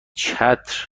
چتر